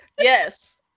yes